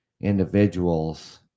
individuals